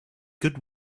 good